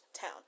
Town